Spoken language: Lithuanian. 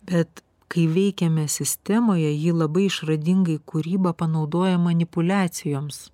bet kai veikiame sistemoje ji labai išradingai kūrybą panaudoja manipuliacijoms